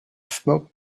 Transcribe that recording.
smoke